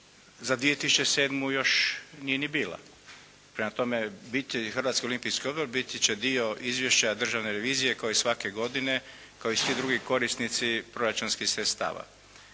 Za 2007. još nije ni bila. Prema tome, Hrvatski olimpijski odbor biti će dio izvješća Državne revizije kao i svake godine kao i svi drugi korisnici proračunskih sredstava.